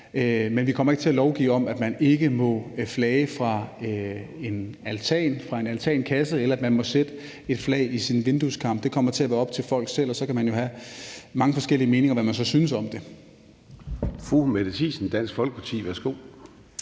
men vi kommer ikke til at lovgive om, at man ikke må flage fra en altan eller altankasse, eller om man må sætte et flag i sin vindueskarm. Det kommer til at være op til folk selv, og så kan man jo have mange forskellige meninger om, om man bør gøre det.